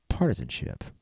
Partisanship